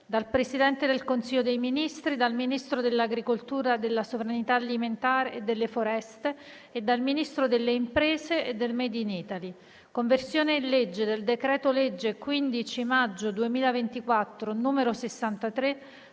*dal Presidente del Consiglio dei ministri, dal Ministro dell'agricoltura, della sovranità alimentare e delle foreste e dal Ministro delle imprese e del made in Italy* «Conversione in legge del decreto-legge 15 maggio 2024, n. 63,